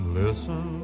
listen